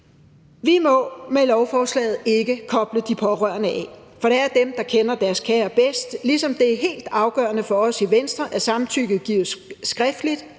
Vi må med lovforslaget ikke koble de pårørende af, for det er dem, der kender deres kære bedst, ligesom det er helt afgørende for os i Venstre, at samtykket gives skriftligt,